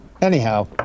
anyhow